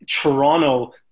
Toronto